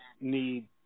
need